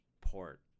port